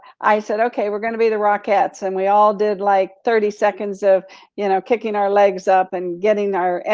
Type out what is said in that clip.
i said, okay, we're gonna be the rockettes. and we all did like thirty seconds of you know kicking our legs up and getting our, and